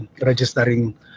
registering